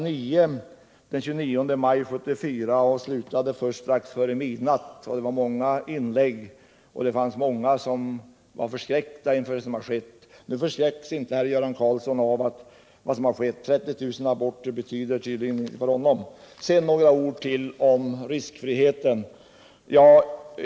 9 den 29 maj 1974 och slutade först strax före midnatt. Det var många inlägg, och det var många som förskräcktes inför det som skulle ske. Men nu förskräcks inte Göran Karlsson av vad som har skett. 30 000 aborter betyder tydligen ingenting för honom. Sedan några ord om riskfriheten.